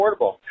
affordable